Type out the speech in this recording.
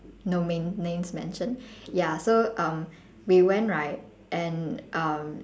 no main names mentioned ya so uh we went right and um